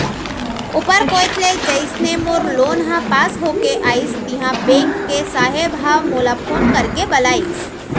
ऊपर कोइत ले जइसने मोर लोन ह पास होके आइस तिहॉं बेंक के साहेब ह मोला फोन करके बलाइस